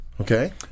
Okay